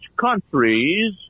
countries